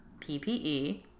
PPE